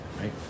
right